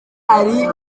ari